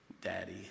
Daddy